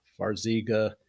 Farziga